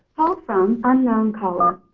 ah from unknown caller.